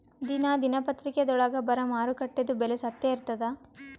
ದಿನಾ ದಿನಪತ್ರಿಕಾದೊಳಾಗ ಬರಾ ಮಾರುಕಟ್ಟೆದು ಬೆಲೆ ಸತ್ಯ ಇರ್ತಾದಾ?